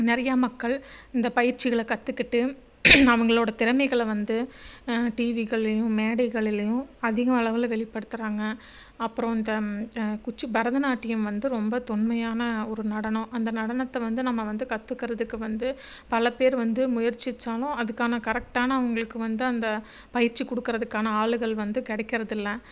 நிறையா மக்கள் இந்த பயிற்சிகளை கத்துக்கிட்டு அவங்களோட திறமைகளை வந்து டிவிகள்லேயும் மேடைகள்லிலேயும் அதிகம் அளவில் வெளிப்படுத்துகிறாங்க அப்புறம் அந்த குச்சி பரதநாட்டியம் வந்து ரொம்ப தொன்மையான ஒரு நடனம் அந்த நடனத்தை வந்து நம்ம வந்து கத்துக்குகிறதுக்கு வந்து பல பேர் வந்து முயற்சிச்சாலும் அதுக்கான கரெக்டான அவங்களுக்கு வந்து அந்த பயிற்சி கொடுக்குறதுக்கான ஆளுகள் வந்து கிடைக்குறதில்ல